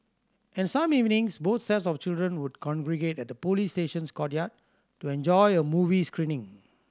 and some evenings both sets of children would congregate at the police station's courtyard to enjoy a movie screening